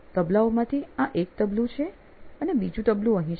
તબલાઓ માંથી આ એક તબલું છે અને બીજું તબલું અહીં છે